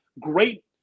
great